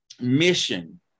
mission